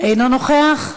אינו נוכח.